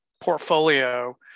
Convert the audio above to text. portfolio